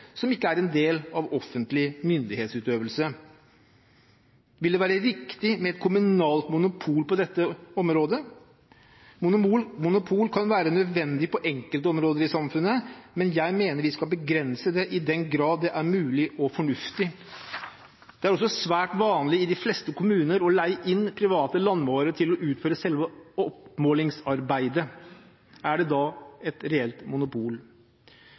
som ikke er en del av offentlig myndighetsutøvelse. Vil det være riktig med et kommunalt monopol på dette området? Monopol kan være nødvendig på enkelte områder i samfunnet, men jeg mener vi skal begrense det i den grad det er mulig og fornuftig. Det er også svært vanlig i de fleste kommuner å leie inn private landmålere til å utføre selve oppmålingsarbeidet. Er det da et reelt monopol?